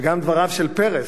וגם דבריו של פרס,